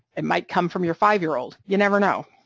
it might come from your five-year-old, you never know.